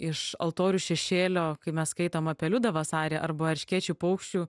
iš altorių šešėlio kai mes skaitom apie liudą vasarį arba erškėčių paukščių